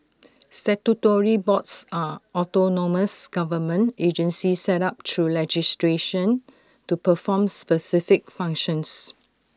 statutory boards are autonomous government agencies set up through legislation to perform specific functions